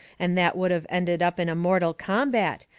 and that would of ended up in a mortal combat,